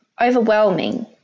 overwhelming